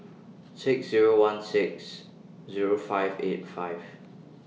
six Zero one six Zero five eight five